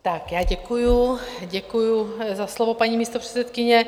Tak já děkuju, děkuju za slovo, paní místopředsedkyně.